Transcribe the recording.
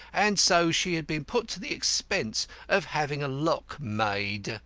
and so she had been put to the expense of having a lock made.